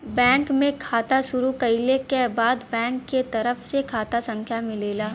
bank में खाता शुरू कइले क बाद बैंक के तरफ से खाता संख्या मिलेला